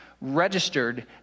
registered